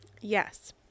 yes